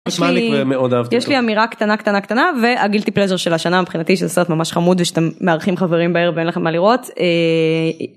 יש לי אמירה קטנה קטנה קטנה והגילטי פלזר של השנה מבחינתי שזה סרט ממש חמוד ושאתם מארחים חברים בערב אין לכם מה לראות, אה...